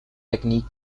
technique